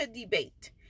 debate